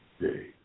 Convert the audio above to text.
day